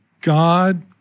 God